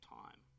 time